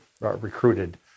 recruited